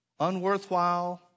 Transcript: unworthwhile